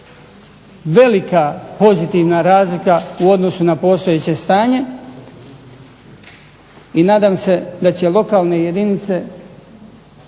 velika pozitivna razlika u odnosu na postojeće stanje i nadam se da će lokalne jedinice